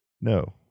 No